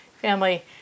family